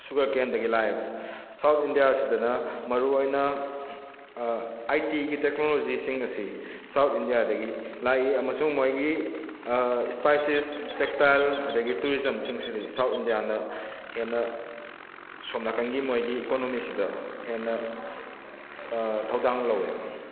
ꯁꯨꯒꯔꯀꯦꯟꯗꯒꯤ ꯂꯥꯛꯑꯦꯕ ꯁꯥꯎꯠ ꯏꯟꯗꯤꯌꯥꯁꯤꯗꯅ ꯃꯔꯨꯑꯣꯏꯅ ꯑꯥꯏ ꯇꯤꯒꯤ ꯇꯦꯛꯅꯣꯂꯣꯖꯤꯁꯤꯡ ꯑꯁꯤ ꯁꯥꯎꯠ ꯏꯟꯗꯤꯌꯥꯗꯒꯤ ꯂꯥꯛꯏ ꯑꯃꯁꯨꯡ ꯃꯣꯏꯒꯤ ꯏꯁꯄꯥꯏꯁꯤꯁ ꯇꯦꯛꯁꯇꯥꯏꯜ ꯑꯗꯒꯤ ꯇꯨꯔꯤꯖꯝꯁꯤꯡꯁꯤꯗꯤ ꯁꯥꯎꯠ ꯏꯗꯤꯌꯥꯅ ꯍꯦꯟꯅ ꯁꯣꯝ ꯅꯥꯀꯟꯒꯤ ꯃꯣꯏꯒꯤ ꯏꯀꯣꯅꯣꯃꯤꯁꯤꯗ ꯍꯦꯟꯅ ꯊꯧꯗꯥꯡ ꯂꯧꯋꯦꯕ